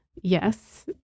Yes